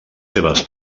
seves